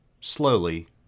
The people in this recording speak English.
slowly